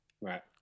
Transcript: right